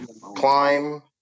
Climb